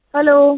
Hello